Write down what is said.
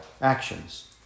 actions